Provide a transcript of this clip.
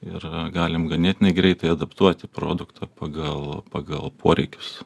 ir galim ganėtinai greitai adaptuoti produktą pagal pagal poreikius